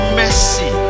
mercy